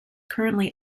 currently